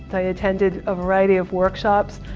i attended a variety of workshops,